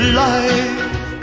life